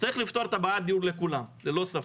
צריך לפתור את בעיית הדיור לכולם, ללא ספק.